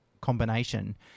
combination